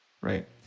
right